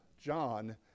John